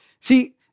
see